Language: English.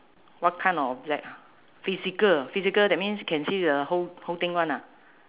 what kind of object ah physical physical that means can see the whole whole thing [one] ah